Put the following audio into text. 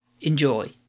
Enjoy